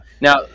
now